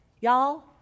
Y'all